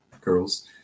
girls